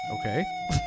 Okay